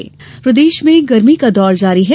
गर्मी प्रदेश में गर्मी का दौर जारी है